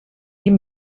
die